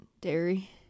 Dairy